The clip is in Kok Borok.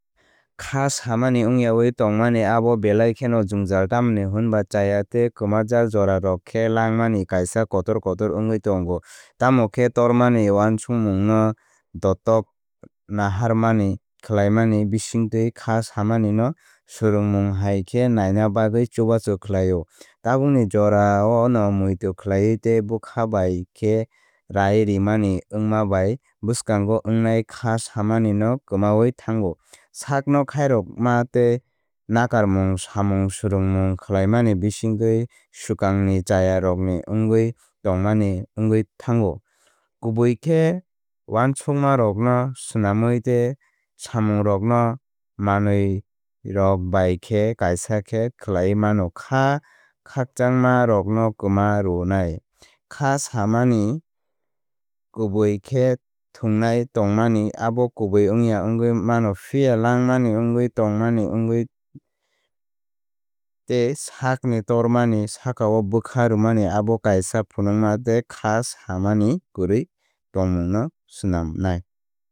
Kha samani wngyawi tongmani abo belai kheno jwngjal tamni hwnba chaya tei kwmajak jorarok khe langmani kaisa kotor kotor wngwi tongo. Tamokhe tormani uansukmungno dottok naharmani khlaimani bisingtwi kha samani no swrwngmung hai khe naina bagwi chubachu khlaio. Tabukni jorao no muitu khlaiwi tei bwkha bai khe rai remani wngma bai bwskango wngnai kha samani no kwmawi thango. Sakno khairokma tei nakarmung samung swrungmung khlaimani bisingtwi swkangni chayarokni wngwi tongmani wngwui thango. Kubui khe uansukmarokno swnamwi tei samungrokno manwirok bai khe kaisa khe khlaiwi mano khá kháchangmarokno kwma rwnai. Kha samani ni kubui khe thwngwi tongmani abo kubui wngya wngwi mano. Phiya langmani wngwi tongmani tei sakni tormani sakao bwkha rwmani abo kaisa phunukma tei Kha samani kwrwi tongmungno swnamnai.